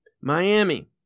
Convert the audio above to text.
Miami